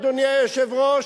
אדוני היושב-ראש,